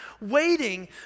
waiting